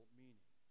meaning